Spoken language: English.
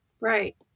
Right